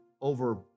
over